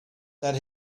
that